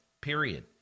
period